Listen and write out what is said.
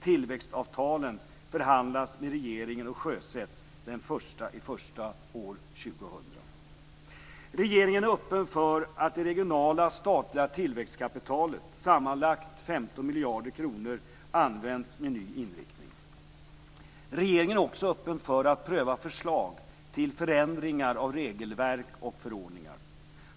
Tillväxtavtalen förhandlas med regeringen och sjösätts den 1 januari år 2000. Regeringen är öppen för att det regionala statliga tillväxtkapitalet, sammanlagt 15 miljarder kronor, används med ny inriktning. Regeringen är också öppen för att pröva förslag till förändringar av regelverk och förordningar.